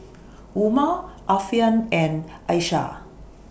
Umar Alfian and Aisyah